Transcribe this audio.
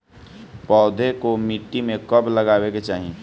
पौधे को मिट्टी में कब लगावे के चाही?